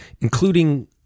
including